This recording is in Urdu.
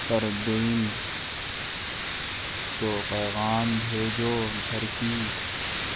فردین کو پیغام بھیجو گھر کی